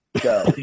Go